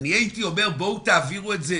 אני היית אומר, בואו תעבירו את זה,